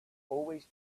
always